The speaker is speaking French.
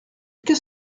qu’est